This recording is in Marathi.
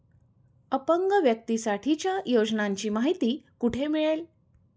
अपंग व्यक्तीसाठीच्या योजनांची माहिती कुठे मिळेल?